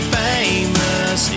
famous